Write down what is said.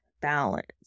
balance